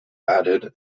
added